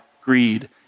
greed